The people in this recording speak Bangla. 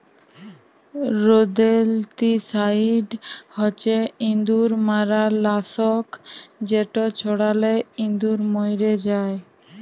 রোদেল্তিসাইড হছে ইঁদুর মারার লাসক যেট ছড়ালে ইঁদুর মইরে যায়